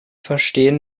verstehen